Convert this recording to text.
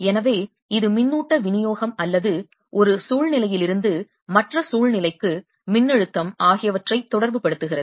எனவே இது மின்னூட்ட விநியோகம் அல்லது ஒரு சூழ்நிலையிலிருந்து மற்ற சூழ்நிலைக்கு மின்னழுத்தம் ஆகியவற்றை தொடர்பு படுத்துகிறது